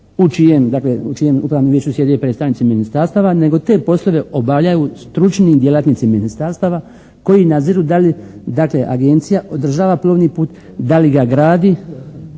u čijem upravnom vijeću sjede i predstavnici ministarstava nego te poslove obavljaju stručni djelatnici ministarstava koji nadziru da li dakle agencija održava plovni put, da li ga gradi